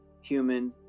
human